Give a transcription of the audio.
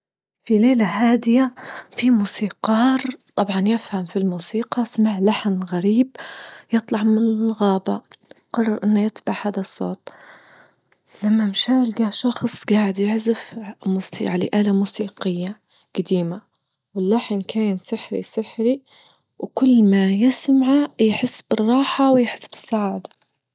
في ليلة هادية في موسيقار طبعا يفهم في الموسيقى سمع لحن غريب يطلع من الغابة، قرر انه يتبع هذا الصوت لما مشى لجاه شخص جاعد يعزف مسي يعنى آلة موسيقية قديمة واللحن كان سحري-سحري وكل ما يسمعه يحس بالراحة ويحس بالسعادة.